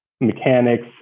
mechanics